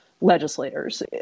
legislators